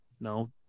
no